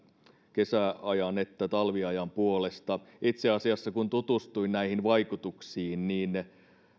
kesäajan että talviajan puolesta itse asiassa kun tutustuin näihin vaikutuksiin niin